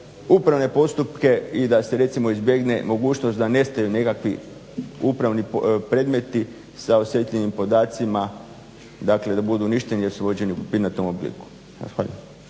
upravne postupke i da se recimo izbjegne mogućnost da nestaju nekakvi upravni predmeti sa osjetljivim podacima. Dakle, da budu uništeni jer su vođeni u papirnatom obliku.